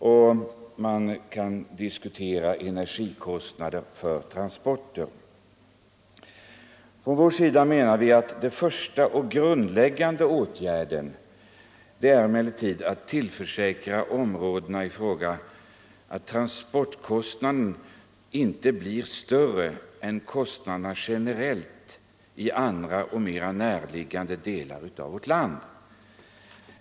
Man kan också diskutera energikostnaderna för transporter. Vi menar emellertid att den första, grundläggande åtgärden är att tillförsäkra områdena i fråga transportkostnader som inte är större än de generellt är i andra, mera centrala delar av vårt land.